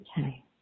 okay